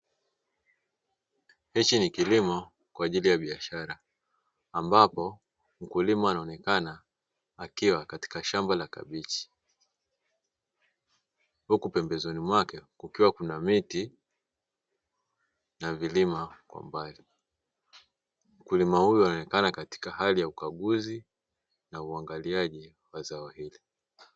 Hichi ni kilimo kwa ajili ya biashara, ambapo mkulima anaonekana akiwa katika shamba la kabichi, huku pembezoni mwake kukiwa kuna miti na vilima kwa mbali. Mkulima huyu anaonekana katika hali ya ukaguzi na uangaliaji wa zao hilo.